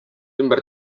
ümber